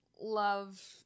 love